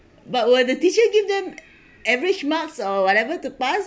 but will the teacher give them a~ average marks or whatever to pass